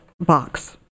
box